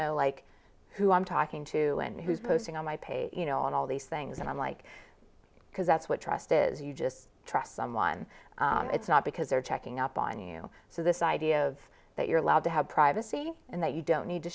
know like who i'm talking to and who's posting on my page you know and all these things and i'm like because that's what trust is you just trust someone it's not because they're checking up on you so this idea of that you're allowed to have privacy and that you don't need to